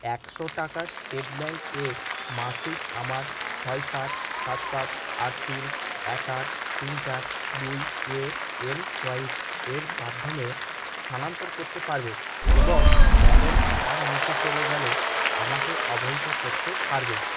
একশো টাকা State Bank এ মাসিক আমার ছয় সাত সাত সাত আট তিন এক আট তিন চার দুই এ এমসোয়াইপ এর মাধ্যমে স্থানান্তর করতে পারবে এবং ব্যালেন্স তার নিচে চলে গেলে আমাকে অবহিত করতে পারবে